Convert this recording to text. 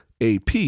AP